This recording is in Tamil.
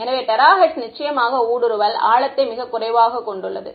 எனவே டெராஹெர்ட்ஸ் நிச்சயமாக ஊடுருவல் ஆழத்தை மிகக் குறைவாகக் கொண்டுள்ளது